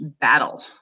battle